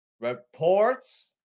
reports